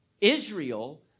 Israel